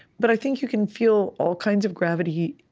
but i think you can feel all kinds of gravity,